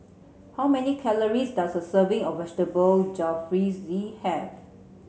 how many calories does a serving of Vegetable Jalfrezi have